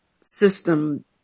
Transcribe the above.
system